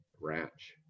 ranch